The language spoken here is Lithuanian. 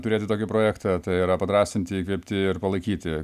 turėti tokį projektą tai yra padrąsinti įkvėpti ir palaikyti